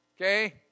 okay